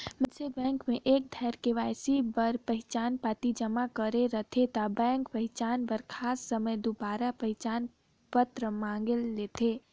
मइनसे बेंक में एक धाएर के.वाई.सी बर पहिचान पाती जमा करे रहथे ता बेंक पहिचान बर खास समें दुबारा पहिचान पत्र मांएग लेथे